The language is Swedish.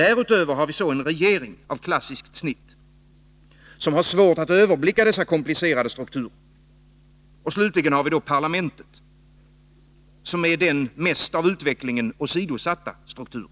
Därutöver har vi en regering av klassiskt snitt, som har svårt att överblicka dessa komplicerade strukturer. Slutligen har vi parlamentet, som är den av utvecklingen mest åsidosatta strukturen.